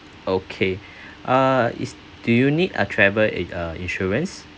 okay uh is do you need a travel uh insurance